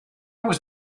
was